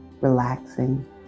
relaxing